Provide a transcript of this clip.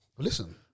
Listen